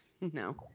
no